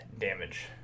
damage